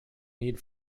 need